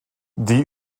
die